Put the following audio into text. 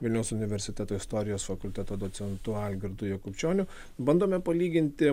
vilniaus universiteto istorijos fakulteto docentu algirdu jakubčioniu bandome palyginti